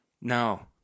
No